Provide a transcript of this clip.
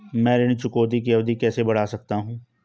मैं ऋण चुकौती की अवधि कैसे बढ़ा सकता हूं?